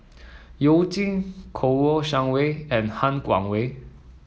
You Jin Kouo Shang Wei and Han Guangwei